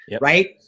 right